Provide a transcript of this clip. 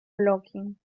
blocking